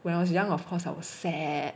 when I was young of course I was sad